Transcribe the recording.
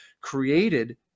created